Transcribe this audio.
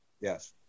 Yes